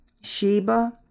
Sheba